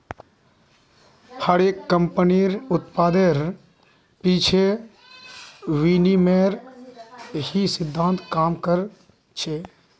हर एक कम्पनीर उत्पादेर पीछे विनिमयेर ही सिद्धान्त काम कर छे